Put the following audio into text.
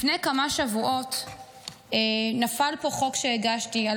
לפני כמה שבועות נפל פה חוק שהגשתי על